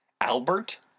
Albert